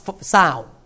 sound